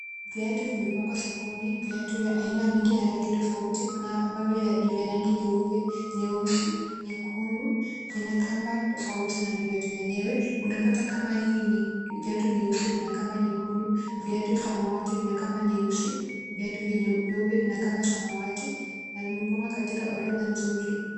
Viatu vimepangwa sokoni, viatu vya aina mingi na rangi tofauti, kuna ambavyo ni vya rangi nyeupe, nyeusi, nyekundu, vina kamba tofauti na viatu vyenyewe, unapata kama hii ni viatu vyeusi vina kamba nyekundu, viatu samawati vina kamba nyeusi, viatu vyeupe vina kamba samawati, na vimepangwa katika orodha nzuri.